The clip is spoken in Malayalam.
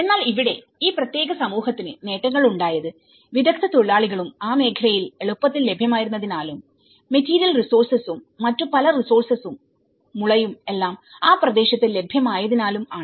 എന്നാൽ ഇവിടെ ഈ പ്രത്യേക സമൂഹത്തിന് നേട്ടങ്ങൾ ഉണ്ടായത് വിദഗ്ധ തൊഴിലാളികളും ആ മേഖലയിൽ എളുപ്പത്തിൽ ലഭ്യമായിരുന്നതിനാലും മെറ്റീരിയൽ റിസോഴ്സസുംമറ്റു പല റിസോഴ്സസുംമുളയും എല്ലാം ആ പ്രദേശത്ത് ലഭ്യമായതിനാലും ആണ്